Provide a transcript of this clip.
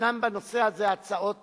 ישנן בנושא הזה הצעות